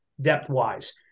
depth-wise